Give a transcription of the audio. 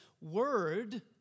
Word